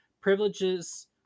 privileges